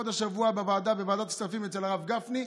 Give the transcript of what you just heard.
עוד השבוע בוועדת כספים אצל הרב גפני,